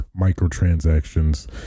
microtransactions